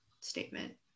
statement